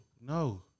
no